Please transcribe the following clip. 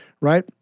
Right